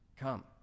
Come